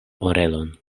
orelon